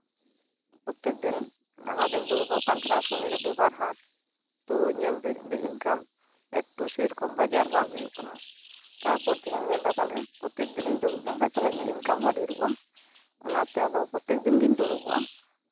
ᱠᱤᱪᱷᱩ ᱫᱤᱱ ᱞᱟᱦᱟ ᱫᱩᱧ ᱫᱩᱲᱩᱵᱚᱜ ᱠᱟᱱ ᱛᱟᱦᱮᱱᱟ ᱥᱚᱱᱤ ᱨᱤᱵᱤᱵᱟᱨ ᱦᱟᱴ ᱧᱮᱞ ᱫᱟᱹᱧ ᱚᱸᱰᱮ ᱮᱠᱴᱩ ᱤᱱᱠᱟᱢ ᱥᱮᱨᱚᱠᱚᱢ ᱵᱟᱡᱟᱨ ᱵᱟᱝ ᱦᱳᱭᱳᱜ ᱠᱟᱱᱟ ᱛᱟᱨᱯᱚᱨ ᱛᱷᱮᱠᱮᱧ ᱧᱮᱞ ᱮᱫᱟ ᱛᱟᱦᱚᱞᱮ ᱯᱨᱚᱛᱮᱠ ᱫᱤᱱᱤᱧ ᱫᱩᱲᱩᱵ ᱞᱮᱱᱠᱷᱟᱱ ᱛᱟᱦᱚᱞᱮ ᱤᱧᱟᱹᱜ ᱤᱱᱠᱟᱢ ᱦᱚᱸ ᱫᱷᱮᱨᱚᱜᱼᱟ ᱚᱱᱟᱛᱮ ᱟᱫᱚ ᱯᱨᱚᱛᱮᱠ ᱫᱤᱱᱜᱤᱧ ᱫᱩᱲᱩᱵᱚᱜᱼᱟ